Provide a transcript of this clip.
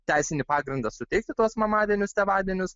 teisinį pagrindą suteikti tos mamadienius tėvadienius